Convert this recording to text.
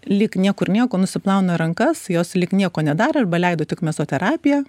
lyg niekur nieko nusiplauna rankas jos lyg nieko nedarė arba leido tik mezoterapiją